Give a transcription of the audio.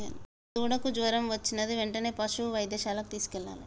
మా దూడకు జ్వరం వచ్చినది వెంటనే పసుపు వైద్యశాలకు తీసుకెళ్లాలి